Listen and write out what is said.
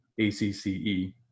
ACCE